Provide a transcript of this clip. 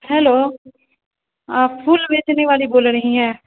hello آپ پھول بیچنے والی بول رہی ہیں